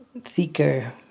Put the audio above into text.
thicker